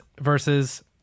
versus